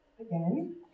again